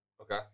Okay